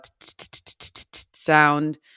sound